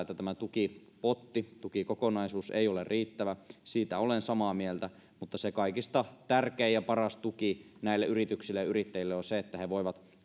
että tämä tukipotti tukikokonaisuus ei ole riittävä siitä olen samaa mieltä mutta se kaikista tärkein ja paras tuki näille yrityksille ja yrittäjille on se että he voivat